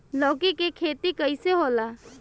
लौकी के खेती कइसे होला?